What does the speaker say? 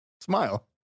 Smile